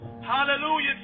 Hallelujah